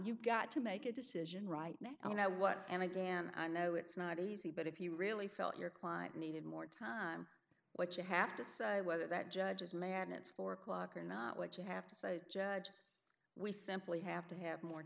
you've got to make a decision right now and you know what and again i know it's not easy but if you really felt your client needed more time what you have to say whether that judge as man it's four o'clock or not what you have to say judge we simply have to have more